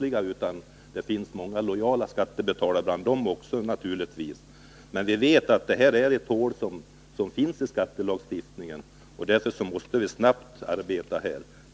Det finns naturligtvis många lojala skattebetalare bland dem också. Men vi vet att det här finns ett hål i skattelagstiftningen, och därför måste vi alltså arbeta snabbt.